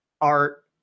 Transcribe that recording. art